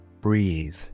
breathe